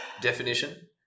definition